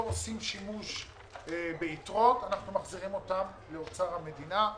עושים שימוש ביתרות מחזירים אותן לאוצר המדינה.